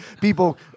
people